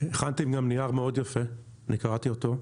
הכנתם גם נייר מאוד יפה, אני קראתי אותו.